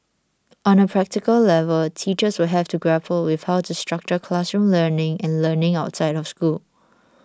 on a practical level teachers will have to grapple with how to structure classroom learning and learning outside of school